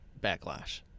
backlash